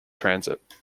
transit